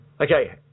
Okay